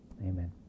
Amen